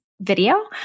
video